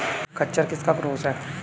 खच्चर किसका क्रास है?